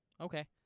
Okay